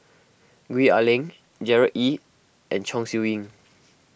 Gwee Ah Leng Gerard Ee and Chong Siew Ying